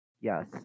yes